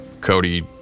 Cody